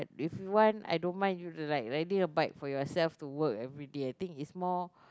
if you want I don't mind you ride riding a bike for yourself to work everyday I think is more